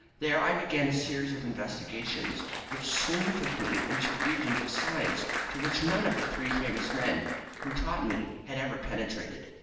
there i began a series of investigations which soon took me into regions of science to which none of the three famous men who taught me had ever penetrated.